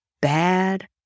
bad